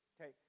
Okay